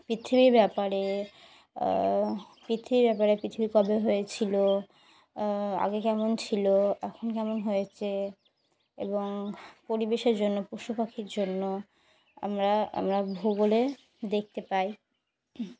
পৃথিবীর ব্যাপারে পৃথিবীর ব্যাপারে পৃথিবী কবে হয়েছিলো আগে কেমন ছিলো এখন কেমন হয়েছে এবং পরিবেশের জন্য পশু পাখির জন্য আমরা আমরা ভূগোলে দেখতে পাই